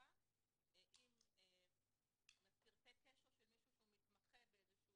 ברווחה עם פרטי קשר של מישהו שהוא מתמחה באיזשהו